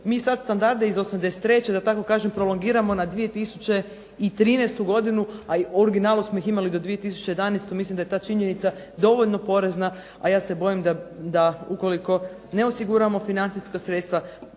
mi sad standarde iz '83. da tako kažem prolongiramo na 2013. godinu, a u originalu smo ih imali do 2011. Mislim da je ta činjenica dovoljno porazna, a ja se bojim da ukoliko ne osiguramo financijska sredstva,